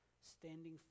standing